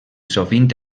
sovint